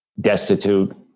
destitute